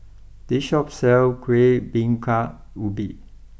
this Shop sells Kuih Bingka Ubi